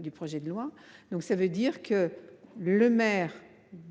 Du projet de loi, donc ça veut dire que le maire.